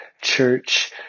Church